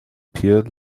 pier